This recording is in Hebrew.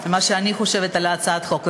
על מה שאני חושבת על הצעת החוק,